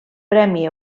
premi